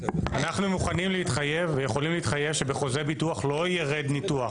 אנחנו מוכנים להתחייב ויכולים להתחייב שבחוזה ביטוח לא יירד ניתוח.